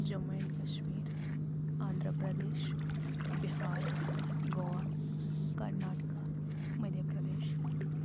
Jammu and Kashmir Andhra Pradesh Bihar Goa Karnataka Madhya Pradesh